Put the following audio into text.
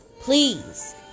Please